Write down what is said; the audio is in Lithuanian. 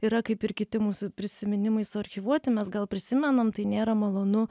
yra kaip ir kiti mūsų prisiminimai suarchyvuoti mes gal prisimenam tai nėra malonu